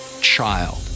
child